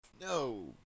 No